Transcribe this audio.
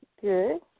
Good